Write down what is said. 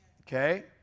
Okay